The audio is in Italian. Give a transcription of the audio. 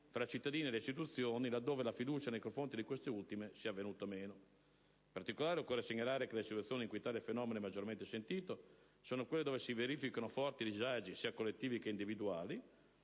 tra i cittadini e le istituzioni, là dove la fiducia nei confronti di queste ultime sia venuta meno. In particolare, occorre segnalare che le situazioni in cui tale fenomeno è maggiormente sentito sono quelle dove si verificano forti disagi, sia collettivi che individuali,